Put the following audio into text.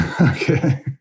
Okay